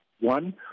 One